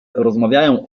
rozmawiają